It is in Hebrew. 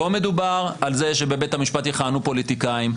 לא מדובר על זה שבבית המשפט יכהנו פוליטיקאים,